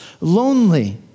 lonely